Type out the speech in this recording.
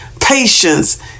patience